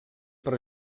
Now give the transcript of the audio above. per